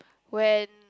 when